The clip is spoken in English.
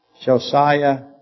Josiah